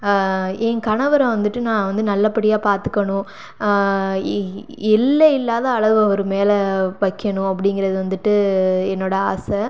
என் கணவரை வந்துட்டு நான் வந்து நல்லபடியாக பார்த்துக்கணும் எல்லையில்லாத அளவு அவர் மேல் வைக்கணும் அப்படிங்குறது வந்துட்டு என்னோடய ஆசை